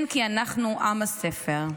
כן, כי אנחנו עם הספר.